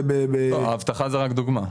האבטחה היא רק דוגמה.